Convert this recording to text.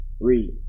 Read